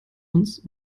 uns